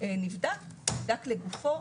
נפדק לגופו.